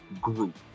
group